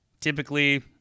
Typically